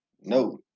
No